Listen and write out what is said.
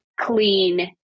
clean